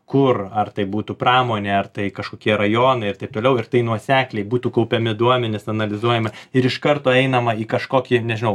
kur ar tai būtų pramonė ar tai kažkokie rajonai ir taip toliau ir tai nuosekliai būtų kaupiami duomenys analizuojami ir iš karto einama į kažkokį nežinau